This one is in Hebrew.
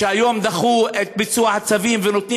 שהיום דחו את ביצוע הצווים ונותנים